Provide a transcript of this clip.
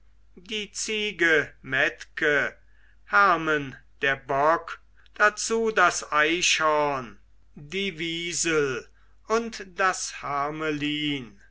die ziege metke hermen der bock dazu das eichhorn die wiesel und das